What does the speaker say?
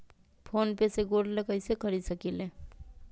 Phone पे से gold कईसे खरीद सकीले?